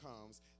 comes